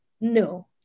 No